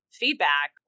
feedback